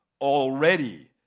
already